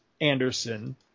Anderson